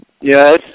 Yes